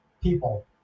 people